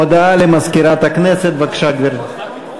הודעה למזכירת הכנסת, בבקשה, גברתי.